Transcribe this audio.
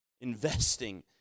investing